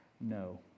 No